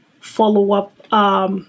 follow-up